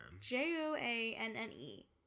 J-O-A-N-N-E